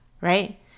right